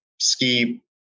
ski